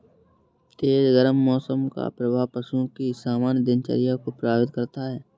तेज गर्म मौसम का प्रभाव पशुओं की सामान्य दिनचर्या को प्रभावित करता है